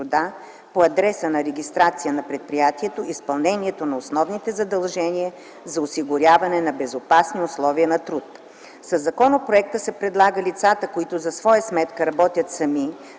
по адреса на регистрация на предприятието изпълнението на основните задължения за осигуряване на безопасни условия на труд. Със законопроекта се предлага лицата, които за своя сметка работят сами,